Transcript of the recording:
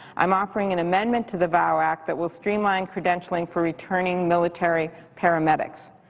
i'm offering an amendment to the vow act that will streamline credentialing for returning military paramedics.